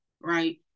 right